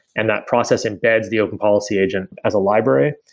and that process embeds the open policy agent as a library.